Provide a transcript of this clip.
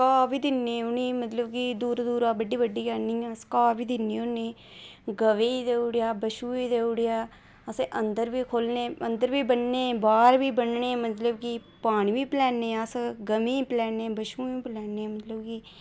घाऽ बी दिन्ने मतलब कि दूरा दूरा बड्ढी बड्ढियै घाऽ बी दिन्ने गवै ई देई ओड़ेआ बच्छुऐ बी देई ओड़ेआ असें अंदर बी खोल्लने असें अंदर बी बन्नने बाहर बी बन्नने मतलब कि पानी बी पिलाने अस इनें ई पिलाने बच्छुएं बी पिलाने मतलब कि